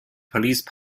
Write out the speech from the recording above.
police